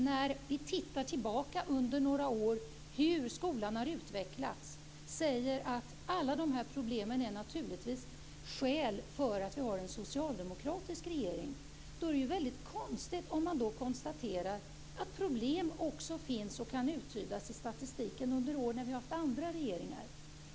När vi tittar tillbaka några år och ser hur skolan har utvecklats säger man att skälet till alla de här problemen naturligtvis är att vi har en socialdemokratisk regering. Då är det konstigt att man kan konstatera och kan uttyda i statistiken att det också fanns problem under år när vi har haft andra regeringar.